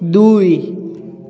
দুই